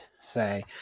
say